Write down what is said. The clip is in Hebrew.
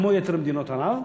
כמו ביתר מדינות ערב,